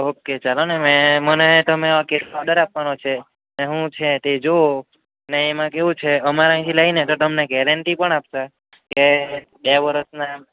okay ચાલોને મેં મને તમે ઓર્ડર આપવાનો છે હું છે તે જોવો અને એમાં કેવું છે અમારા અહીથી લઈને તો તમને ગેરેન્ટી પણ આપશે કે બે વર્ષની